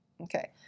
okay